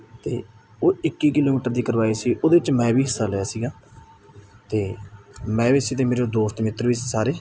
ਅਤੇ ਉਹ ਇੱਕੀ ਕਿਲੋਮੀਟਰ ਦੀ ਕਰਵਾਈ ਸੀ ਉਹਦੇ 'ਚ ਮੈਂ ਵੀ ਹਿੱਸਾ ਲਿਆ ਸੀਗਾ ਅਤੇ ਮੈਂ ਵੀ ਸੀ ਅਤੇ ਮੇਰੇ ਦੋਸਤ ਮਿੱਤਰ ਵੀ ਸੀ ਸਾਰੇ